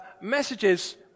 Messages